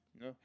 No